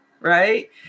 right